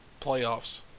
playoffs